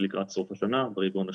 לקראת סוף השנה ברבעון השלישי.